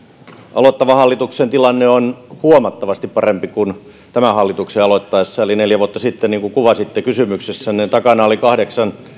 aloittavan hallituksen tilanne on huomattavasti parempi kuin tämän hallituksen aloittaessa eli neljä vuotta sitten niin kuin kuvasitte kysymyksessänne takana oli